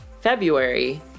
February